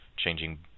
Changing